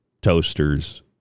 toasters